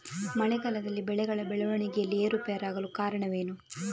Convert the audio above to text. ಮಳೆಗಾಲದಲ್ಲಿ ಬೆಳೆಗಳ ಬೆಳವಣಿಗೆಯಲ್ಲಿ ಏರುಪೇರಾಗಲು ಕಾರಣವೇನು?